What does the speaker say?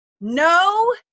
No